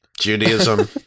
Judaism